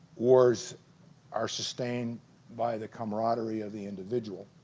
wars are sustained by the camaraderie of the individual